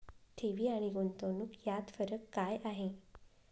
ठेवी आणि गुंतवणूक यात फरक काय आहे?